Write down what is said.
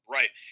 Right